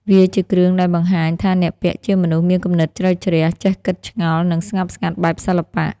វាជាគ្រឿងដែលបង្ហាញថាអ្នកពាក់ជាមនុស្សមានគំនិតជ្រៅជ្រះ ចេះគិតឆ្ងល់ និងស្ងប់ស្ងាត់បែបសិល្បៈ។